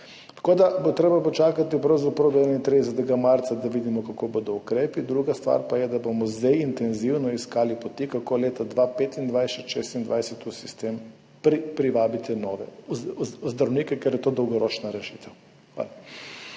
Tako da bo treba pravzaprav počakati do 31. marca, da vidimo, kako bodo ukrepi. Druga stvar pa je, da bomo zdaj intenzivno iskali poti, kako leta 2025 in 2026 v sistem privabiti nove zdravnike, ker je to dolgoročna rešitev.